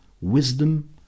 Wisdom